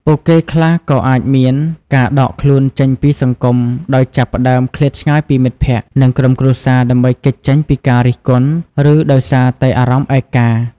ពួកគេខ្លះក៏អាចមាន ការដកខ្លួនចេញពីសង្គម ដោយចាប់ផ្តើមឃ្លាតឆ្ងាយពីមិត្តភ័ក្តិ និងក្រុមគ្រួសារដើម្បីគេចចេញពីការរិះគន់ ឬដោយសារតែអារម្មណ៍ឯកោ។